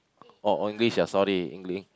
orh English ah sorry